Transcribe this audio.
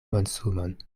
monsumon